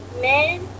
men